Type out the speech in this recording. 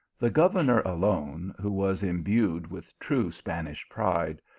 the governor alone, who was imbued with true spanish pride,